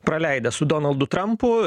praleidęs su donaldu trampu